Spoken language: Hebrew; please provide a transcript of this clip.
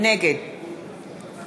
נגד